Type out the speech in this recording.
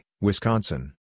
Wisconsin